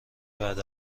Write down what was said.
بعد